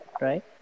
right